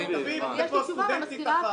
תביאי לפה סטודנט אחד